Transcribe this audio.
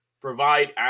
provide